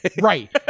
right